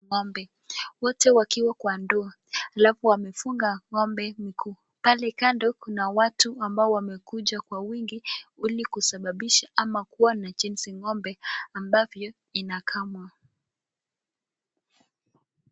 Ngombe, wote wakiwa kwa ndua, alafu wamefunga ngombe miguu, pale kando kuna atu ambao wamekuja kwa wingi, ili kusababisha au kuona jinsi ngombe, ambavyo, inakamwa.